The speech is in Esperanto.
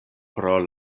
pro